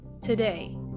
today